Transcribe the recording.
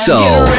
Soul